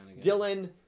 Dylan